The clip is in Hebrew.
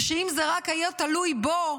ושאם רק זה היה תלוי בו,